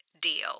deal